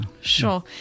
Sure